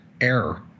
error